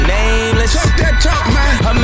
nameless